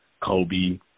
Kobe